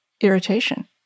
irritation